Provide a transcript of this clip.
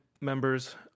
members